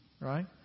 right